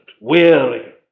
weary